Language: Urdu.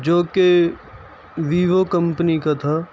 جو کہ ویوو کمپنی کا تھا